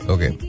Okay